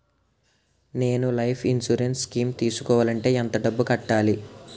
నేను life insurance scheme తీసుకోవాలంటే ఎంత డబ్బు కట్టాలి?